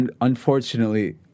Unfortunately